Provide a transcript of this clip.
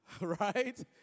Right